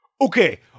Okay